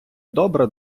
добра